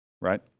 right